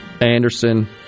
Anderson